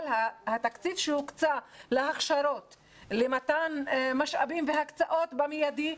התקציב שהוקצה להכשרות למתן משאבים והקצאות במיידי,